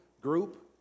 group